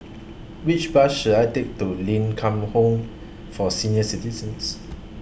Which Bus should I Take to Ling Kwang Home For Senior Citizens